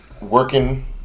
working